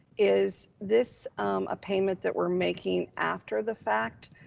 is this a payment that we're making after the fact?